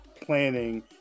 planning